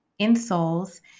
insoles